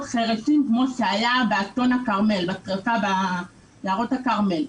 חירשים כפי שהיה באסון השריפה ביערות הכרמל.